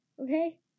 Okay